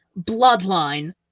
Bloodline